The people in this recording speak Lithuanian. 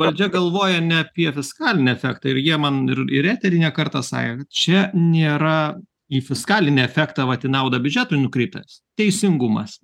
valdžia galvoja ne apie fiskalinį efektą ir jie man ir ir eteryje ne kartą sakė kad čia nėra į fiskalinį efektą vat į naudą biudžetui nukreiptas teisingumas